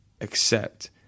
accept